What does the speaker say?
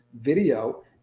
video